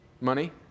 money